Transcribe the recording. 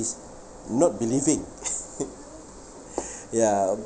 it's not believing ya